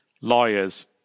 lawyers